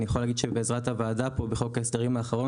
אני יכול להגיד שבעזרת הוועדה פה בחוק ההסדרים האחרון